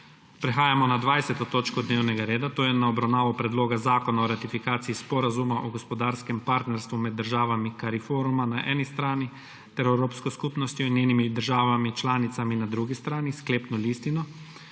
prekinjeno20. točko dnevnega reda, to je na obravnavo Predloga zakona o ratifikaciji Sporazuma o gospodarskem partnerstvu med državami CARIFORUMA na eni strani ter Evropsko skupnostjo in njenimi državami članicami na drugi strani s sklepno listino.